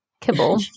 kibble